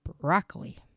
broccoli